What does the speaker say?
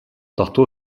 tato